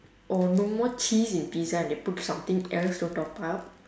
or no more cheese in pizza and they put something else to top up